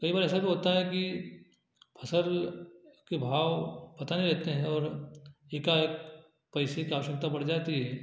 कई बार ऐसा भी होता है कि फसल के भाव पता नहीं लगते हैं और एकाएक पैसे की आवश्यकता बढ़ जाती है